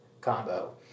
combo